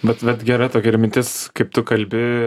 bet vat gera tokia ir mintis kaip tu kalbi